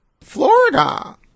Florida